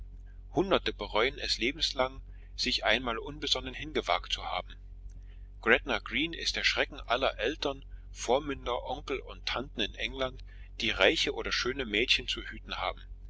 hunderte bereuen es lebenslang sich einmal unbesonnen hingewagt zu haben gretna green ist der schrecken aller eltern vormünder onkel und tanten in england die reiche oder schöne mädchen zu hüten haben